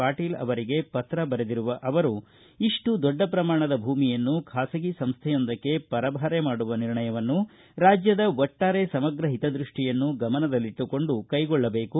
ಪಾಟೀಲ ಅವರಿಗೆ ಪತ್ರ ಬರೆದಿರುವ ಅವರು ಇಷ್ಟು ದೊಡ್ಡ ಪ್ರಮಾಣದ ಭೂಮಿಯನ್ನು ಖಾಸಗಿ ಸಂಸ್ಥೆಯೊಂದಕ್ಕೆ ಪರಭಾರೆ ಮಾಡುವ ನಿರ್ಣಯವನ್ನು ರಾಜ್ಯದ ಒಟ್ಟಾರೆ ಸಮಗ್ರ ಹಿತದೃಷ್ಟಿಯನ್ನು ಗಮನದಲಿಟ್ಟುಕೊಂಡು ಕೈಗೊಳ್ಳಬೇಕು